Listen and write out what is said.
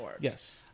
yes